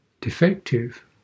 defective